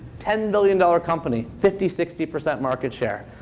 ten billion dollars company fifty, sixty percent market share.